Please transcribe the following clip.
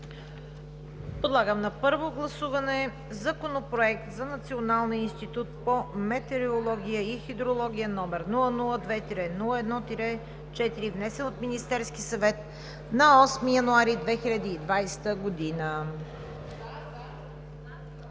Подлагам на първо гласуване Законопроект за Националния институт по метеорология и хидрология, № 002-01-4, внесен от Министерския съвет на 8 януари 2020 г.